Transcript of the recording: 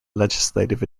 legislative